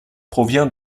provient